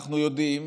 אנחנו יודעים,